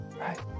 right